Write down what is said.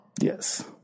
Yes